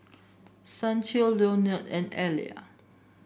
Santo Leonard and Elia